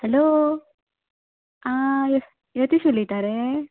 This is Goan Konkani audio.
हॅलो आं य यतीश उलयता रे